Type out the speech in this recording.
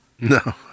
no